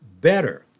better